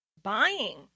buying